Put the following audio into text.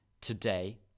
today